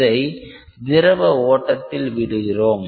இதை திரவ ஓட்டத்தில் விடுகிறோம்